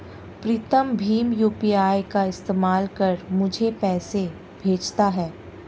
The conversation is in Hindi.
प्रीतम भीम यू.पी.आई का इस्तेमाल कर मुझे पैसे भेजता है